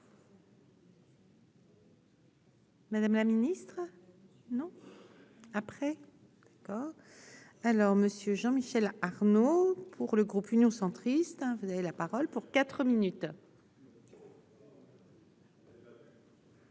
Madame la Ministre non après alors monsieur Jean Michel Arnaud pour le groupe Union centriste, hein, vous avez la parole pour 4 minutes.